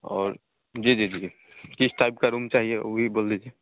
और जी जी जी किस टाइप का रूम चाहिए उ भी बोल दीजिए